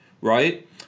Right